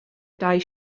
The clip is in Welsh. dau